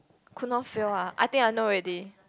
could not fail ah I think I know already